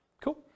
Cool